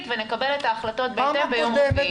ונקבל את ההחלטות בהתאם ביום רביעי.